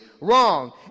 wrong